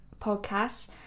podcast